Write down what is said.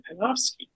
Panofsky